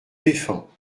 défends